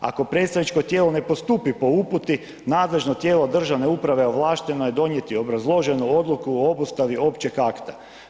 Ako predstavničko tijelo ne postupi, nadležno tijelo državne uprave ovlašteno je donijeti obrazloženu odluku o obustavi općeg akta.